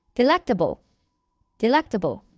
Delectable.Delectable